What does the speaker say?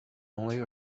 only